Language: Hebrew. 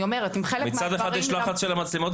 אני אומרת --- מצד אחד יש לחץ של המצלמות,